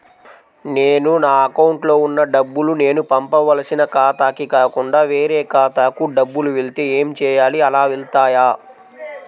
నేను నా అకౌంట్లో వున్న డబ్బులు నేను పంపవలసిన ఖాతాకి కాకుండా వేరే ఖాతాకు డబ్బులు వెళ్తే ఏంచేయాలి? అలా వెళ్తాయా?